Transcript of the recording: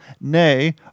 Nay